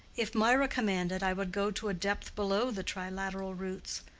if mirah commanded, i would go to a depth below the tri-literal roots.